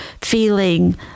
feeling